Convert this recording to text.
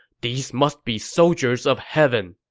these must be soldiers of heaven!